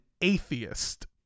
atheist